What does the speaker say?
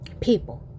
people